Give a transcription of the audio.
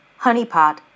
Honeypot